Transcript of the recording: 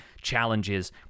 challenges